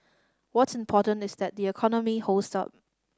what's important is that the economy holds up